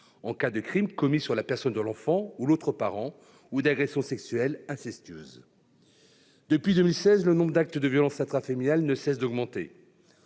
en cas de crime commis sur la personne de l'enfant ou de l'autre parent ou d'agression sexuelle incestueuse. Depuis 2016, le nombre de cas de violences intrafamiliales ne cesse d'augmenter.